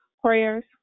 prayers